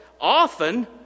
often